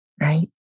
right